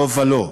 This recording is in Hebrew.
לא ולא.